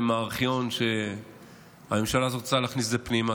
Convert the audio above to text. מהארכיון שהממשלה הזו רצתה להכניס אותו אליו פנימה,